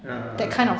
ah